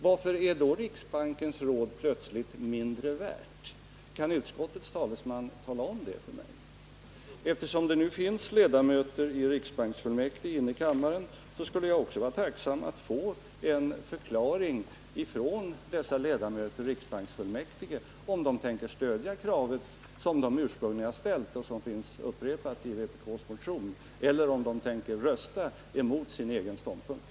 Varför är plötsligt riksbankens råd i det fallet mindre värt? Kan utskottets talesman tala om det för mig? Eftersom det finns ledamöter av riksbanksfullmäktige inne i kammaren skulle jag också vara tacksam att få en förklaring från dem, om de tänker stödja det krav som de ursprungligen har ställt och som finns upprepat i vpk:s motion, eller om de tänker rösta mot sin egen ståndpunkt.